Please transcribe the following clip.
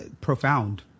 profound